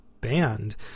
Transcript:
band